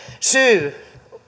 syy